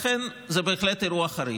לכן זה בהחלט אירוע חריג.